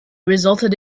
resulted